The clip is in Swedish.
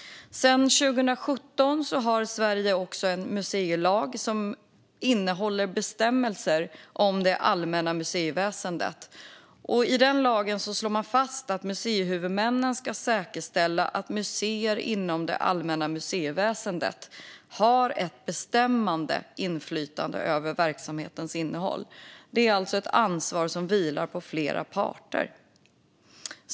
Sedan 2017 har Sverige också en museilag som innehåller bestämmelser om det allmänna museiväsendet. Lagen slår fast att museihuvudmännen ska säkerställa att museer inom det allmänna museiväsendet har ett bestämmande inflytande över verksamhetens innehåll. Det är således ett ansvar som vilar på flera parter.